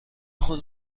خود